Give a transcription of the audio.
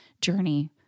journey